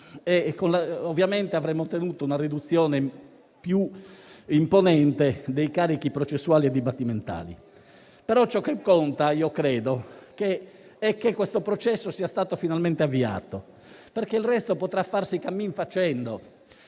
Ovviamente avremmo ottenuto una riduzione più imponente dei carichi processuali e dibattimentali. Tuttavia, ciò che conta a mio avviso è che questo processo sia stato finalmente avviato, perché il resto potrà farsi cammin facendo.